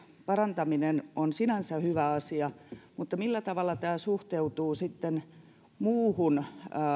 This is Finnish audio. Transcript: parantaminen on sinänsä hyvä asia mutta olisin kysynyt tästä lakiesityksestä sen verran millä tavalla tämä suhteutuu muuhun